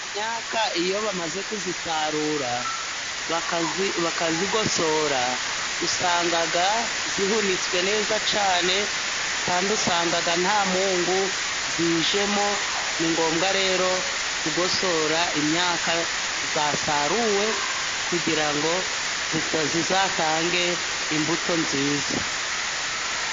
Imyaka iyo bamaze kuyisarura, bakayigosora, usanga zihunitswe neza cyane, kandi usanga nta mungu zijemo ,ni ngombwa rero kugosora imyaka yasaruwe kugira ngo izatange imbuto nziza.